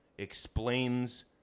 explains